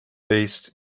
based